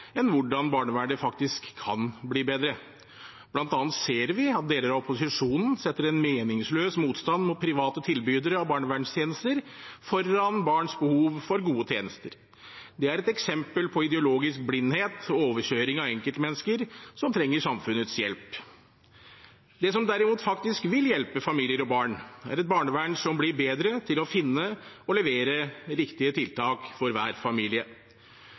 enn hvordan barnevernet faktisk kan bli bedre. Blant annet ser vi at deler av opposisjonen setter en meningsløs motstand mot private tilbydere av barnevernstjenester foran barns behov for gode tjenester. Det er et eksempel på ideologisk blindhet og overkjøring av enkeltmennesker som trenger samfunnets hjelp. Det som derimot faktisk vil hjelpe familier og barn, er et barnevern som blir bedre til å finne og levere riktige tiltak for hver familie.